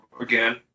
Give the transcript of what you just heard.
again